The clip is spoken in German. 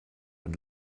und